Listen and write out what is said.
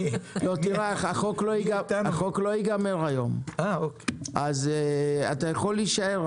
החוק לא ייגמר היום אז אתה יכול להישאר,